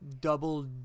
Double